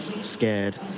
scared